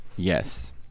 Yes